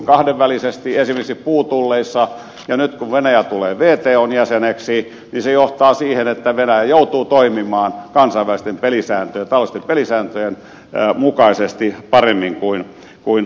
esimerkiksi puutulleissa ja nyt kun venäjä tulee wton jäseneksi se johtaa siihen että venäjä joutuu toimimaan kansainvälisten taloudellisten pelisääntöjen mukaisesti paremmin kuin aikaisemmin